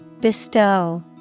Bestow